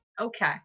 Okay